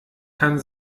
kann